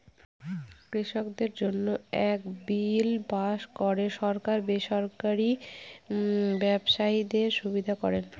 কৃষকদের জন্য এক বিল পাস করে সরকার বেসরকারি ব্যবসায়ীদের সুবিধা করেন